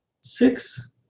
six